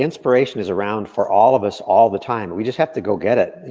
inspiration is around for all of us all the time, we just have to go get it,